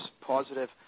positive